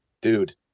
dude